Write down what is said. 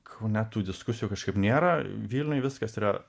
kaune tų diskusijų kažkaip nėra vilniuj viskas yra